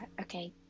okay